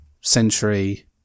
century